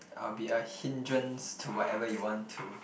I'll be a hindrance to whatever you want to